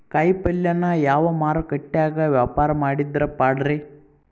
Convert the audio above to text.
ಕಾಯಿಪಲ್ಯನ ಯಾವ ಮಾರುಕಟ್ಯಾಗ ವ್ಯಾಪಾರ ಮಾಡಿದ್ರ ಪಾಡ್ರೇ?